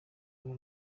rwe